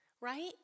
right